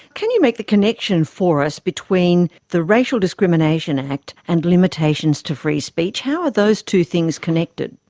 can you make the connection for us between the racial discrimination act and limitations to free speech? how are those two things connected?